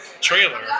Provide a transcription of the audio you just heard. trailer